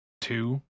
two